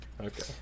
Okay